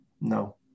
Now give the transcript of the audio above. no